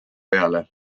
peale